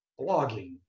blogging